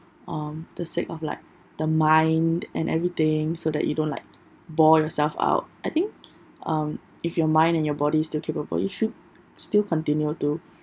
um the sake of like the mind and everything so that you don't like bore yourself out I think um if your mind and your body still capable you should still continue to